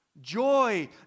joy